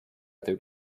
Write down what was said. other